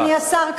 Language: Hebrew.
אדוני השר,